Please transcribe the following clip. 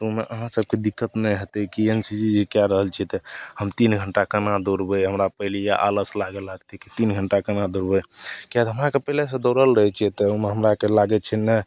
तऽ ओहिमे अहाँ सभकेँ दिक्कत नहि हेतै कि एन सी सी जे कै रहल छिए तऽ हम तीन घण्टा कोना दौड़बै हमरा पहिलैए आलस लागै लागतै कि तीन घण्टा कोना दौड़बै किएक तऽ हमरा आओरके पहिलेसे दौड़ल रहै छिए तऽ ओहिमे हमरा आओरके लागै छै नहि